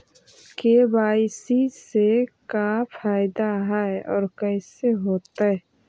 KYC से का फायदा है और कैसे होतै?